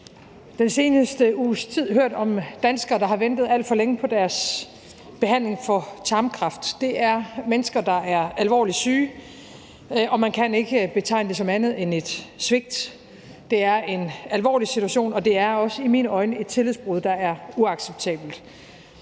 den seneste uges tid hørt om danskere, der har ventet alt for længe på deres behandling for tarmkræft. Det er mennesker, der er alvorligt syge, og man kan ikke betegne det som andet end et svigt. Det er en alvorlig situation, og det er også i mine øjne et tillidsbrud, der er uacceptabelt.